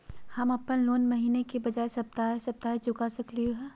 हम अप्पन लोन महीने के बजाय सप्ताहे सप्ताह चुका रहलिओ हें